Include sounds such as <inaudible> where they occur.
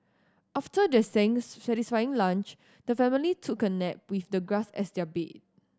after their <unintelligible> satisfying lunch the family took a nap with the grass as their bed